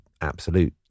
absolute